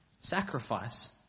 sacrifice